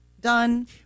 done